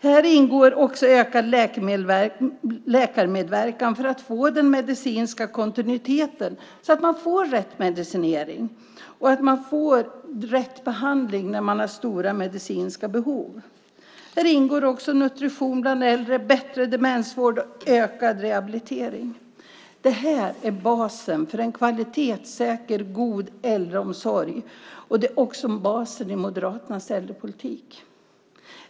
Här ingår också ökad läkarmedverkan för att få den medicinska kontinuiteten så att man får rätt medicinering och rätt behandling när man har stora medicinska behov. Vidare ingår nutrition bland äldre, bättre demensvård och ökad rehabilitering. Detta är basen för en kvalitetssäker god äldreomsorg, och det är också basen i Moderaternas äldrepolitik.